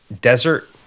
desert